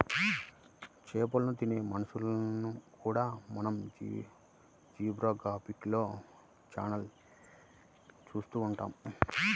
చేపలను తినే మొసళ్ళను కూడా మనం జియోగ్రాఫికల్ ఛానళ్లలో చూస్తూ ఉంటాం